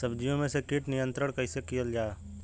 सब्जियों से कीट नियंत्रण कइसे कियल जा?